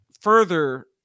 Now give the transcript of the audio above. further